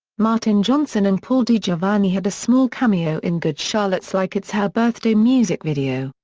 martin johnson and paul digiovanni had a small cameo in good charlotte's like it's her birthday music video,